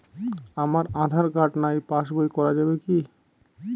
আমার আঁধার কার্ড নাই passbook করা যাবে কি?